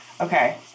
Okay